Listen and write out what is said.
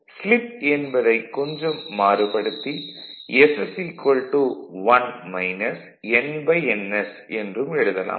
slip என்பதை கொஞ்சம் மாறுபடுத்தி s 1 - nns என்றும் எழுதலாம்